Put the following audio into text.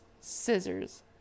scissors